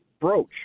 brooch